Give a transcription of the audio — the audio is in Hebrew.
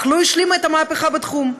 אך לא השלימה את המהפכה בתחום,